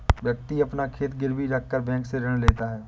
व्यक्ति अपना खेत गिरवी रखकर बैंक से ऋण लेता है